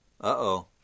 Uh-oh